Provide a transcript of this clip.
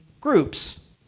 groups